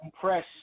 press